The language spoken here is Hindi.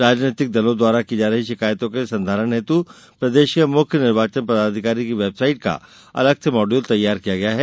राजनैतिक दलों द्वारा की जा रही शिकायतों के संधारण हेतु प्रदेश के मुख्य निर्वाचन पदाधिकारी की वेबसाइट का अलग से मॉड्यूल तैयार किया गया है